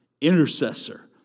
intercessor